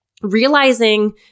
realizing